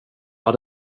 hade